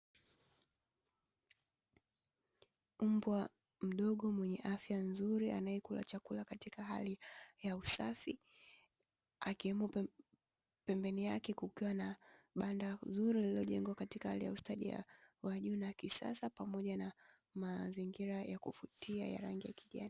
Mbwa mdogo mwenye afya nzuri anayekula chakula katika hali ya usafi, pembeni yake kukiwa na banda zuri liliojengwa katika hali ya ustadi wa juu na kisasa pamoja na mazingira ya kuvutia ya rangi ya kijani.